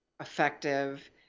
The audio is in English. effective